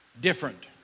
different